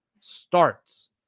starts